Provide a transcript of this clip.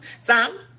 Sam